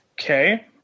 Okay